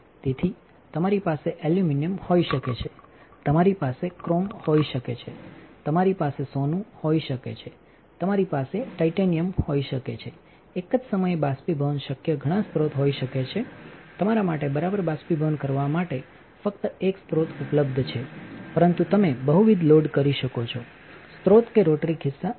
તેથી તમારી પાસે એલ્યુમિનિયમ હોઈ શકે છે તમારી પાસે ક્રોમ હોઈ શકે છે તમારી પાસે સોનું હોઈ શકે છે તમારી પાસે ટાઇટેનિયમહોઈ શકે છે એક જ સમયે બાષ્પીભવન શક્ય ઘણા સ્રોત હોઈ શકે છે તમારા માટે બરાબર બાષ્પીભવન કરવા માટે ફક્ત એક સ્રોત ઉપલબ્ધ છે પરંતુ તમે બહુવિધ લોડ કરી શકો છો સ્રોત કે રોટરી ખિસ્સા લાભ છે